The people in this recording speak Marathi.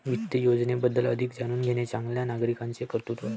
वित्त योजनेबद्दल अधिक जाणून घेणे चांगल्या नागरिकाचे कर्तव्य आहे